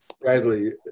Bradley